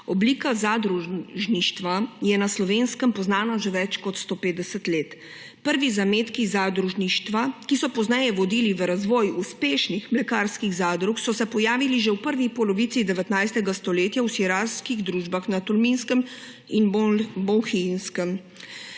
Oblika zadružništva je na Slovenskem poznana že več kot 150 let. Prvi zametki zadružništva, ki so pozneje vodili v razvoj uspešnih mlekarskih zadrug, so se pojavili že v prvi polovici 19. stoletja v sirarskih družbah na Tolminskem in Bohinjskem.